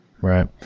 Right